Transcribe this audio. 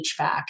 HVAC